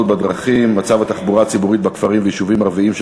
מצב התחבורה הציבורית בכפרים וביישובים הערביים,